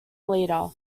leader